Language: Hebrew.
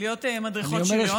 להיות מדריכות שריון.